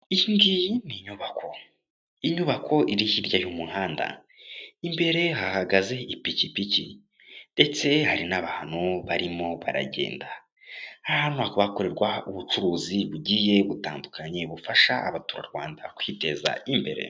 Iyi ngiyi ni inyubako, inyubako iri hirya y'umuhanda imbere hahagaze ipikipiki ndetse hari n'abantu barimo baragenda; aha hantu hakaba hakorerwa ubucuruzi bugiye butandukanye bufasha abaturarwanda kwiteza imbere.